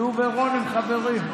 כי הוא ורון חברים.